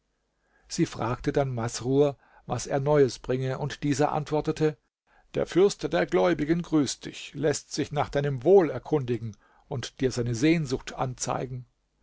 sie fragte dann masrur was er neues bringe und dieser antwortete der fürst der gläubigen grüßt dich läßt sich nach deinem wohl erkundigen und dir seine sehnsucht anzeigen